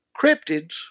cryptids